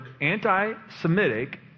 anti-Semitic